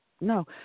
No